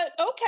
okay